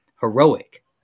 heroic